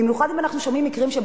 במיוחד אם אנחנו שומעים מקרים,